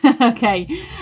Okay